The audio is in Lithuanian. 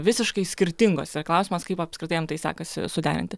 visiškai skirtingose klausimas kaip apskritai jam tai sekasi suderinti